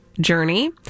journey